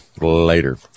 Later